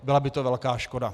Byla by to velká škoda.